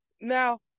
Now